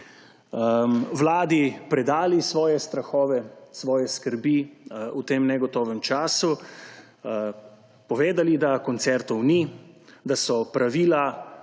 Vladi predali svoje strahove, svoje skrbi v tem negotovem času, povedali, da koncertov ni, da so pravila